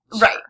Right